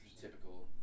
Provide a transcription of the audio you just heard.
Typical